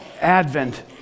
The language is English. advent